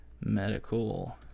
medical